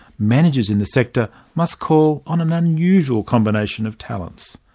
managers in the sector must call on an unusual combination of talents.